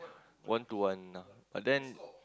one to one ah but then